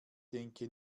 denke